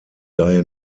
daher